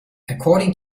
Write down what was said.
according